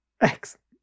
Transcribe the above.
Excellent